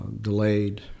delayed